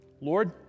Lord